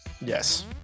Yes